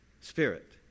Spirit